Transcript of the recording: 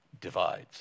divides